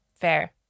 Fair